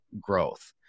growth